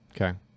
Okay